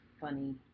funny